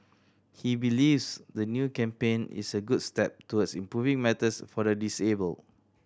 he believes the new campaign is a good step towards improving matters for the disabled